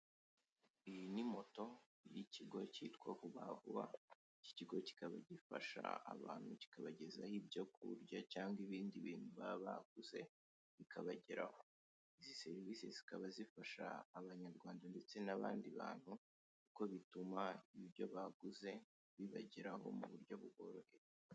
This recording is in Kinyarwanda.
Iyi ni moto y'ikigo kitwa vuba vuba, iki kigo kikaba gifasha abantu kikabagezaho ibyo kurya cyangwa ibindi bintu baba baguze bikabageraho, izi serivise zikaba zifasha abanyarwanda ndetse n'abandi bantu kuko bituma ibyo baguze bibageraho mu buryo buboroheye.